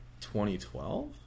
2012